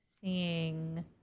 Seeing